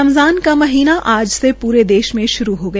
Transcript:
रमज़ान का महीना आज से पूरे देश में श्रू हो गया